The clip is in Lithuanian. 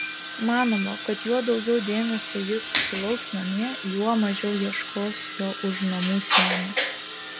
manoma kad juo daugiau dėmesio jis sulauks namie juo mažiau ieškos jo už namų sienų